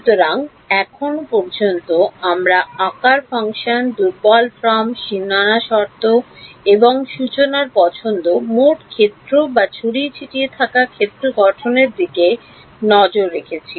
সুতরাং এখন পর্যন্ত আমরা আকার ফাংশন দুর্বল ফর্ম সীমানা শর্ত এবং সূচনার পছন্দ মোট ক্ষেত্র বা ছড়িয়ে ছিটিয়ে থাকা ক্ষেত্র গঠনের দিকে নজর রেখেছি